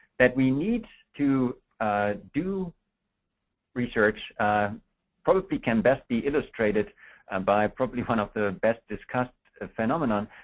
that we need to do research probably can best be illustrated um by probably one of the best discussed phenomenon.